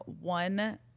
one